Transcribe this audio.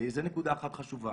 זו נקודה אחת חשובה.